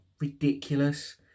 ridiculous